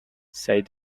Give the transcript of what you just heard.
said